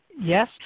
Yes